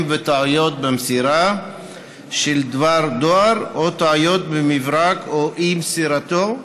וטעויות במסירה של דבר דואר או טעויות במברק או אי-מסירתו,